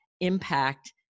impact